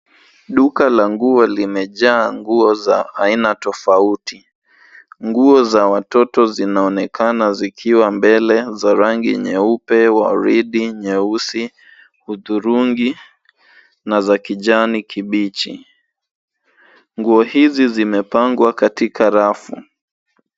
Duka la nguo limejaa nguo za aina tofauti. Nguo za watoto zinaonekana zikiwa mbele za rangi nyeupe, waridi, nyeusi, hudhurungi na za kijani kibichi. Nguo hizi zimepangwa katika rafu.